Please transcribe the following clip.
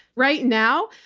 right now,